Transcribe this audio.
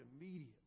immediately